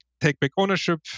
take-back-ownership